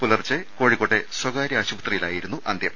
പുലർച്ചെ കോഴിക്കോട്ടെ സ്വകാര്യ ആശുപത്രിയിലായിരുന്നു അന്ത്യം